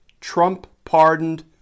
Trump-pardoned